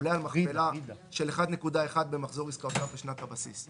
עולה על מכפלה של 1.1 במחזור עסקאותיו בשנת הבסיס,"